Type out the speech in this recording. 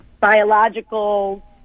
biological